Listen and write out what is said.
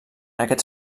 aquests